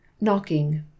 Knocking